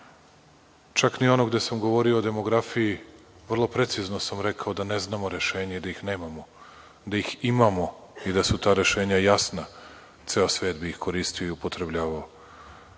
Čak ni ono gde sam govorio o demografiji, vrlo precizno sam rekao da ne znamo rešenja i da ih nemamo. Da ih imamo i da su ta rešenja jasna, ceo svet bi ih koristio i upotrebljavao